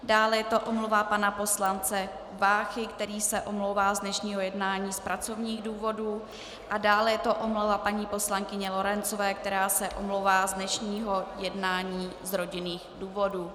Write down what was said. Dále je to omluva pana poslance Váchy, který se omlouvá z dnešního jednání z pracovních důvodů, a dále je to omluva paní poslankyně Lorencové, která se omlouvá z dnešního jednání z rodinných důvodů.